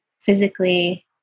physically